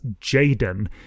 Jaden